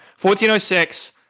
1406